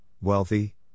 wealthy